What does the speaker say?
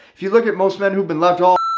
if you look at most men who've been left off,